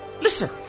Listen